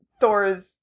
Thor's